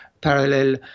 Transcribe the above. parallel